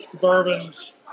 bourbons